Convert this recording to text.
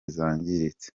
zangiritse